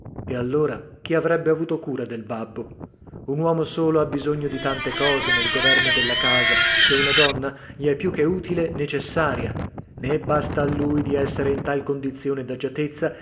e allora chi avrebbe avuto cura del babbo un uomo solo ha bisogno di tante cose nel governo della casa che una donna gli è più che utile necessaria nè basta a lui di essere in tal condizione